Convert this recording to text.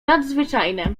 nadzwyczajne